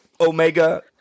Omega